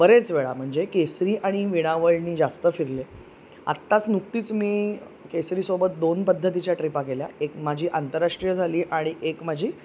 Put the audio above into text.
बरेच वेळा म्हणजे केसरी आणि विणावळणी जास्त फिरले आत्ताच नुकतीच मी केसरीसोबत दोन पद्धतीच्या ट्रिपा केल्या एक माझी आंतराष्ट्रीय झाली आणि एक माझी